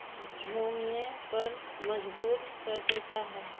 جھومنے پر مجبور کر دیتا ہے